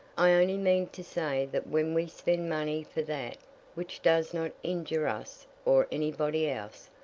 i only mean to say that when we spend money for that which does not injure us or any body else,